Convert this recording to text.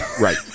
right